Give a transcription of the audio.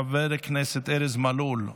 חבר הכנסת ארז מלול,